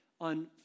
on